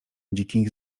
dzikich